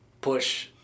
push